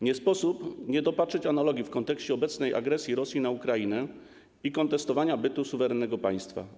Nie sposób nie dopatrzyć się analogii w kontekście obecnej agresji Rosji na Ukrainę i kontestowania bytu suwerennego państwa.